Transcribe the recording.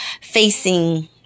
facing